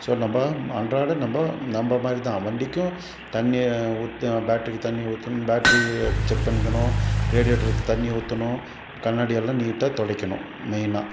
so நம்ப அன்றாட நம்ப நம்ப மாதிரி தான் வண்டிக்கும் தண்ணியை ஊத் பேட்ரிக்கு தண்ணி ஊற்றணும் பேட்ரியை செக் பண்ணிக்கணும் ரேடியேட்ருக்கு தண்ணி ஊற்றணும் கண்ணாடி எல்லாம் நீட்டாக துடைக்கணும் மெய்னாக